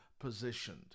positioned